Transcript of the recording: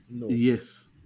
yes